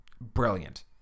brilliant